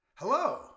Hello